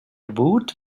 woot